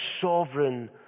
sovereign